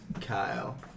Kyle